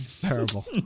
Terrible